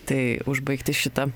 tai užbaigti šitą